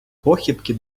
похибки